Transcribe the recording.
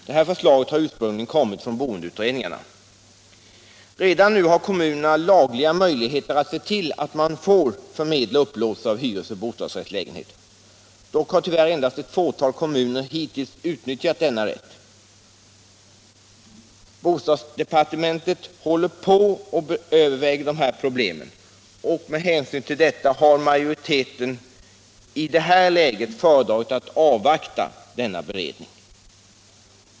Det här förslaget har ursprungligen kommit från boendeutredningarna. Redan nu har kommunerna lagliga möjligheter att se till att man får förmedla upplåtelse av hyresoch bostadsrättslägenheter. Dock har tyvärr endast ett fåtal kommuner hittills utnyttjat denna rätt. Bostadsdepartementet håller på och överväger de problemen, och med hänsyn därtill har utskottsmajoriteten i det här läget föredragit att avvakta denna beredning.